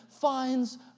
finds